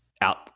out